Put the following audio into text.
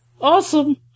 Awesome